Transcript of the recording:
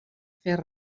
fer